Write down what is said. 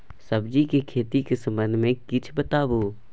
सब्जी के खेती के संबंध मे किछ बताबू?